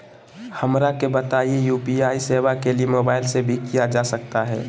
हमरा के बताइए यू.पी.आई सेवा के लिए मोबाइल से भी किया जा सकता है?